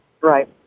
Right